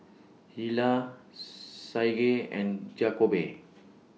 Hilah Saige and Jakobe